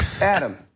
Adam